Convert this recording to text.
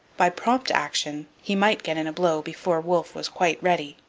by prompt action he might get in a blow before wolfe was quite ready.